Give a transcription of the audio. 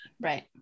right